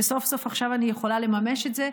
וסוף-סוף עכשיו אני יכולה לממש את זה.